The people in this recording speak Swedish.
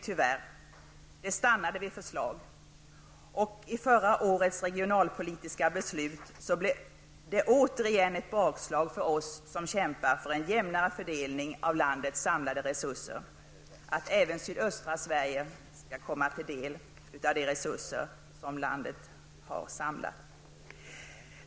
Tyvärr stannade det hela vid förslag och riksdagens regionalpolitiska beslut förra året blev återigen ett bakslag för oss som kämpar för en jämnare fördelning av landets samlade resurser, så att även sydöstra Sverige skall få del av de resurser som landet har samlat.